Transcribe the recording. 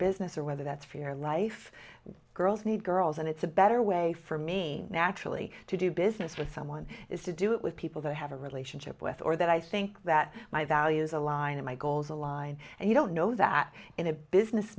business or whether that's for your life girls need girls and it's a better way for me naturally to do business with someone is to do it with people they have a relationship with or that i think that my values align of my goals align and you don't know that in a business